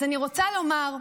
אז אני רוצה לומר,